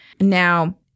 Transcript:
Now